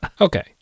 Okay